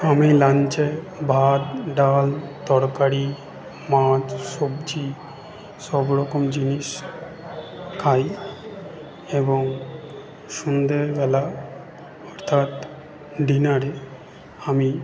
আমি লাঞ্চে ভাত ডাল তরকারি মাছ সবজি সবরকম জিনিস খাই এবং সন্ধেবেলা অর্থাৎ ডিনারে আমি